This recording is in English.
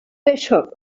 bishop